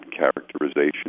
characterization